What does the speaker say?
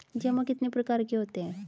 जमा कितने प्रकार के होते हैं?